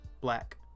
black